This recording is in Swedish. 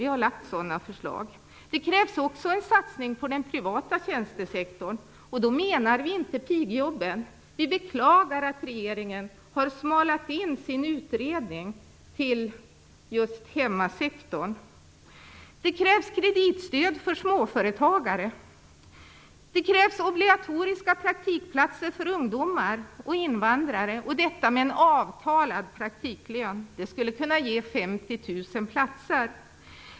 Vi har lagt fram sådana förslag. Det krävs också en satsning på den privata tjänstesektorn, och då menar vi inte pigjobben. Vi beklagar att regeringen har smalat in sin utredning till att gälla just hemmasektorn. Det krävs kreditstöd för småföretagare. Det krävs obligatoriska praktikplatser för ungdomar och invandrare, och detta med en avtalad praktiklön. Det skulle kunna ge 50 000 platser.